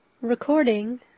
Recording